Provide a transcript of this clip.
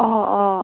অঁ অঁ